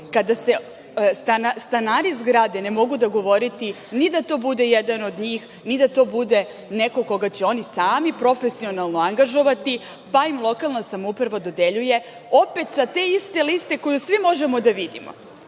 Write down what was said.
kada se stanari zgrade ne mogu dogovoriti ni da to bude jedan od njih, ni da to bude neko koga će oni sami profesionalnog angažovati, pa im lokalna samouprava dodeljuje, opet sa te iste liste koju svi možemo da vidimo.